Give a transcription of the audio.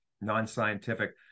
non-scientific